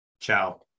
Ciao